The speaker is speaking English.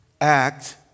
act